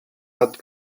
hat